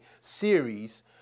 series